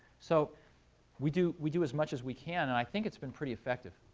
so we do we do as much as we can. and i think it's been pretty effective.